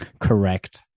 Correct